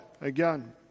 again